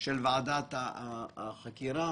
של ועדת החקירה.